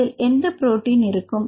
இதில் எந்த புரோட்டீன் இருக்கும்